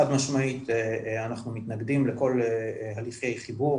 חד משמעית אנחנו מתנגדים לכל הליכי חיבור